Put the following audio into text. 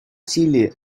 silly